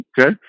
Okay